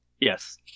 Yes